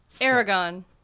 Aragon